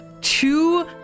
two